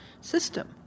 system